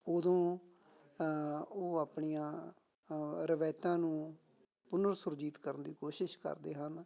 ਉਦੋਂ ਉਹ ਆਪਣੀਆਂ ਰਵਾਇਤਾਂ ਨੂੰ ਪੁਨਰ ਸੁਰਜੀਤ ਕਰਨ ਦੀ ਕੋਸ਼ਿਸ਼ ਕਰਦੇ ਹਨ